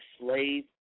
slave